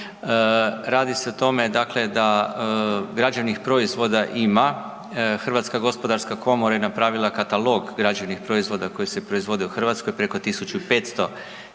Radi se o tome da građevnih proizvoda ima, HGK je napravila katalog građevnih proizvoda koji se proizvode u Hrvatskoj, preko 1500 tih